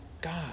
God